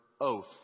oath